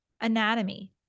anatomy